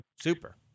Super